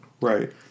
Right